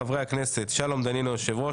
חברי הכנסת: שלום דנינו יו"ר,